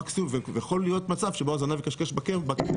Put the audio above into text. מקסימום יכול להיות מצב שבו הזנב יכשכש בכלב.